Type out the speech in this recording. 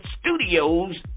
studios